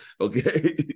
Okay